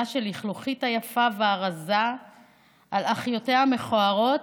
של לכלוכית היפה והרזה על אחיותיה המכוערות,